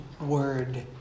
word